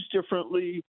differently